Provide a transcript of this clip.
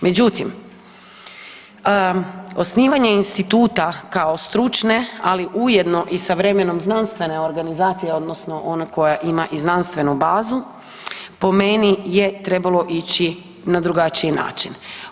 Međutim, osnivanje instituta kao stručne ali ujedno i sa vremenom znanstvene organizacije odnosno one koje ima i znanstvenu bazu, po meni je trebalo ići na drugačiji način.